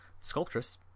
sculptress